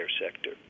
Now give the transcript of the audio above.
sector